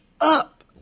up